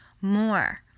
more